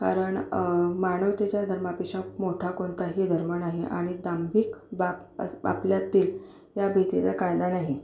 कारण मानवतेच्या धर्मापेक्षा मोठा कोणताही धर्म नाही आणि दांभिक बाब अस आपल्यातील ह्या भीतीचा कायदा नाही